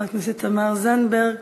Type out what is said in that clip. חברת הכנסת תמר זנדברג,